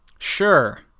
Sure